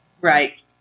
Right